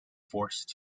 forced